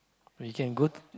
we can go